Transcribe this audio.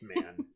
man